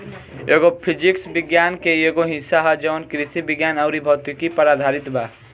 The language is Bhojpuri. एग्रो फिजिक्स विज्ञान के एगो हिस्सा ह जवन कृषि विज्ञान अउर भौतिकी पर आधारित बा